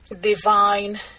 divine